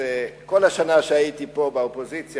כל השנה שהייתי פה באופוזיציה,